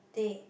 they